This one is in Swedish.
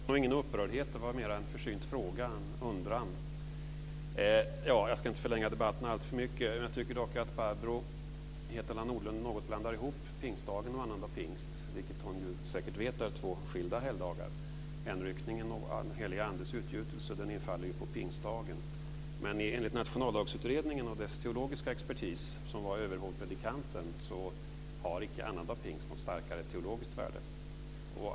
Fru talman! Det var ingen upprördhet; det var mera en försynt fråga eller en undran. Jag ska inte förlänga debatten alltför mycket. Jag tycker dock att Barbro Hietala Nordlund något blandar ihop pingstdagen och annandag pingst, vilket hon säkert vet är två skilda helgdagar. Hänryckningen och den helige andes utgjutelse infaller på pingtsdagen. Men enligt Nationaldagsutredningen och dess teologiska expertis, som var överhovpredikanten, har icke annandag pingst något starkare teologiskt värde.